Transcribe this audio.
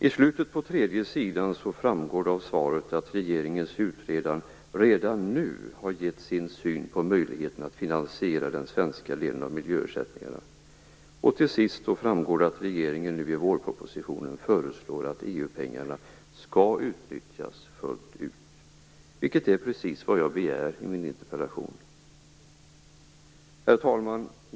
I svaret framgår att regeringens utredare redan nu har gett sin syn på möjligheten att finansiera den svenska delen av miljöersättningarna. Till sist framgår det att regeringen i vårpropositionen föreslår att EU-pengarna skall utnyttjas fullt. Det är precis vad jag begär i min interpellation Herr talman!